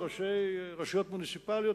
לראשי רשויות מוניציפליות,